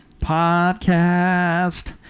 Podcast